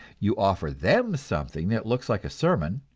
you offer them something that looks like a sermon,